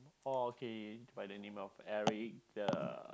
oh okay by the name of Eric uh